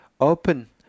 open